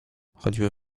choćby